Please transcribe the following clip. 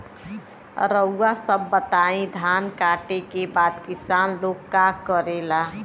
रउआ सभ बताई धान कांटेके बाद किसान लोग का करेला?